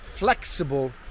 flexible